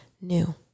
new